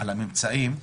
על הממצאים: